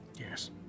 Yes